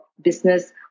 business